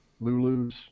Lulu's